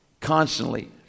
constantly